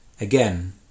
again